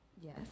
Yes